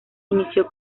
inició